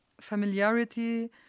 familiarity